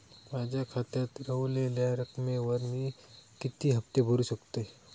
माझ्या खात्यात रव्हलेल्या रकमेवर मी किती हफ्ते भरू शकतय?